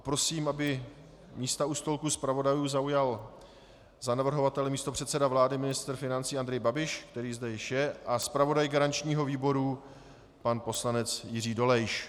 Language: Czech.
Prosím, aby místa u stolku zpravodajů zaujal za navrhovatele místopředseda vlády a ministr financí Andrej Babiš, který zde již je, a zpravodaj garančního výboru pan poslanec Jiří Dolejš.